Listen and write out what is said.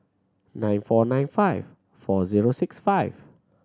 nine four nine five four zero six five